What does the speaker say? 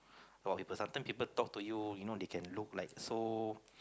about people sometimes people talk to you you know they can look like so